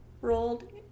rolled